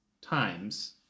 times